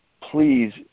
please